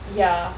ya